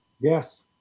Yes